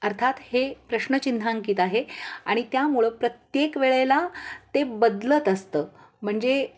अर्थात हे प्रश्नचिन्हांकित आहे आणि त्यामुळं प्रत्येक वेळेला ते बदलत असतं म्हणजे